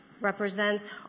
represents